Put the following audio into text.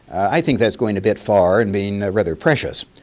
i think that's going a bit far and being rather precious.